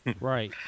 Right